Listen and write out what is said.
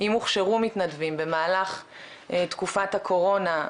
אם הוכשרו מתנדבים במהלך תקופת הקורונה,